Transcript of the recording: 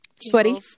sweaty